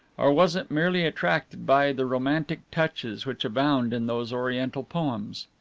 or was it merely attracted by the romantic touches which abound in those oriental poems!